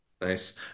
Nice